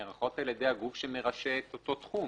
נערכות על ידי הגוף שמרשה את אותו תחום.